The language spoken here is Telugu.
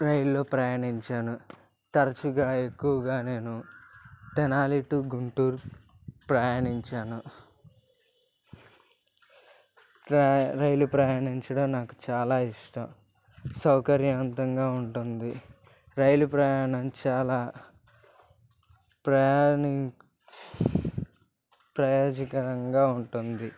రైల్లో ప్రయాణించాను తరచుగా ఎక్కువగా నేను తెనాలి టు గుంటూరు ప్రయాణించాను ఇట్లా రైలు ప్రయాణించడం నాకు చాలా ఇష్టం సౌకర్యవంతంగా ఉంటుంది రైలు ప్రయాణం చాలా ప్రయాణి ప్రయోజకరంగా ఉంటుంది